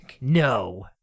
No